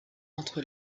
entre